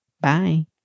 Bye